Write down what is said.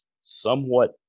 somewhat